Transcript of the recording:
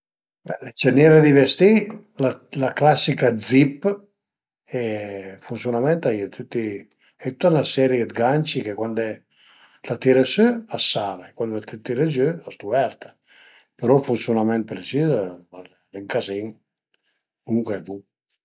Be le cerniere di vestì, la classica zip e ël funsiunament a ie tüti, a ie tüta 'na serie d'ganci che cuande la tire sü a së sara, cuande la tire giü a s'duverta però ël funsiunament precis al e ën cazin, comuncue bo